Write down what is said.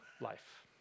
life